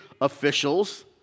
officials